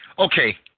Okay